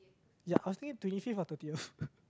you're asking it to leave it for thirtieth